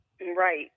right